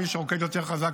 ומי שרוקד יותר חזק,